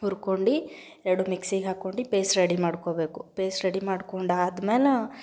ಹುರ್ಕೊಂಡು ಎರಡೂ ಮಿಕ್ಸಿಗೆ ಹಾಕೊಂಡು ಪೇಸ್ಟ್ ರೆಡಿ ಮಾಡ್ಕೊಬೇಕು ಪೇಸ್ಟ್ ರೆಡಿ ಮಾಡ್ಕೊಂಡಾದ ಮ್ಯಾಲೆ